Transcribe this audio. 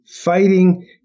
fighting